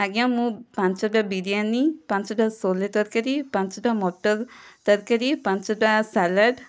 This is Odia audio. ଆଜ୍ଞା ମୁଁ ପାଞ୍ଚଟା ବିରିୟାନି ପାଞ୍ଚଟା ଛୋଲେ ତରକାରୀ ପାଞ୍ଚଟା ମଟର ତରକାରୀ ପାଞ୍ଚଟା ସାଲାଡ଼୍